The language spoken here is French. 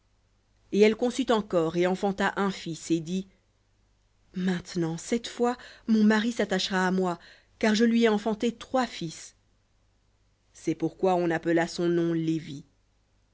et elle conçut encore et enfanta un fils et dit maintenant cette fois mon mari s'attachera à moi car je lui ai enfanté trois fils c'est pourquoi on appela son nom lévi